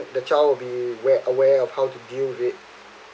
the child will be ware aware of how to deal with it